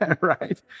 right